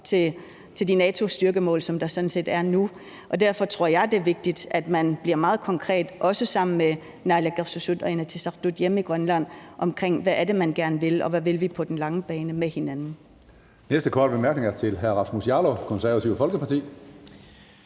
til de NATO-styrkemål, der sådan set er nu. Derfor tror jeg, det er vigtigt, at man bliver meget konkret, også sammen med naalakkersuisut og Inatsisartut hjemme i Grønland, i forhold til hvad det er, man gerne vil, og hvad vi vil med hinanden